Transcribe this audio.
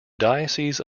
diocese